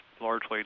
largely